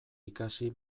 ikasi